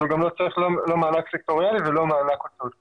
אז הוא גם לא צריך לא מענק סקטוריאלי ולא מענק הוצאות קבועות,